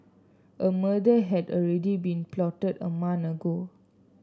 a murder had already been plotted a month ago